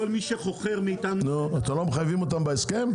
אתם לא מחייבים אותם בהסכם?